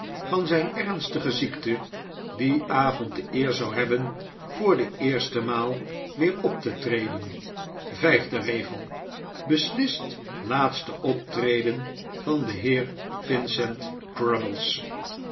van den heer vincent crummies avond de eer zou hebben voor de eerste maal weer op te treden vijfde regel beslist laatste optreden van den heer vincent